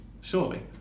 surely